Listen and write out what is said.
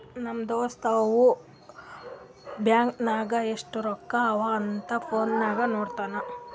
ನಮ್ ದೋಸ್ತ ಅವಂದು ಬ್ಯಾಂಕ್ ನಾಗ್ ಎಸ್ಟ್ ರೊಕ್ಕಾ ಅವಾ ಅಂತ್ ಫೋನ್ ನಾಗೆ ನೋಡುನ್